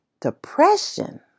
depression